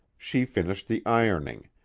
she finished the ironing,